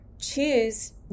choose